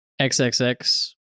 xxx